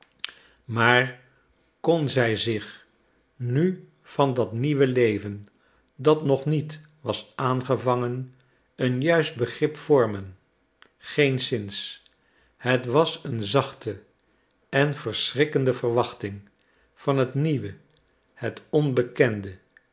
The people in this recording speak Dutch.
maar kon zij zich nu van dat nieuwe leven dat nog niet was aangevangen een juist begrip vormen geenszins het was een zachte en verschrikkende verwachting van het nieuwe het onbekende